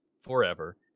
forever